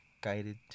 guided